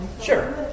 Sure